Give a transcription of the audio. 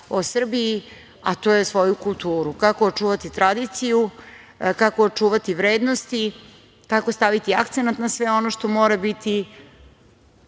o Srbiji, a to je svoju kulturu, kako očuvati tradiciju, kako očuvati vrednosti, tako staviti akcenat na sve ono što mora biti